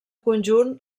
conjunt